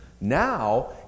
Now